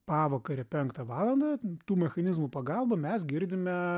pavakarę penktą valandą tų mechanizmų pagalba mes girdime